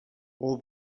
all